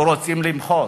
רוצים למחות,